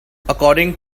according